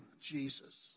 Jesus